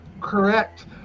correct